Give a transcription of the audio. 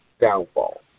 downfall